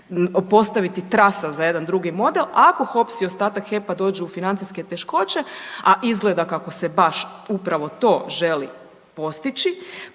postaviti trasa za jedan drugi model, ako HOPS i ostatak HEP-a dođu u financijske teškoće, a izgleda kako se baš upravo to želi postići,